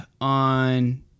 on